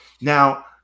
Now